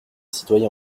citoyens